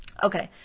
okay,